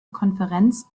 konferenz